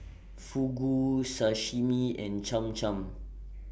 Fugu Sashimi and Cham Cham